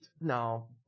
no